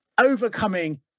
overcoming